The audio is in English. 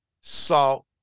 Salt